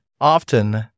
often